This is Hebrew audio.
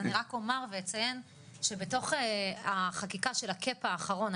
אז אני רק אומר ואציין שבתוך החקיקה של ה-cap האחרון,